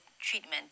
treatment